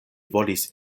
volis